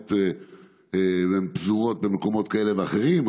שקיימות והן פזורות במקומות כאלה ואחרים,